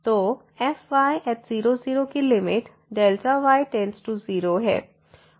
तो fy0 0 की limit Δy→0 है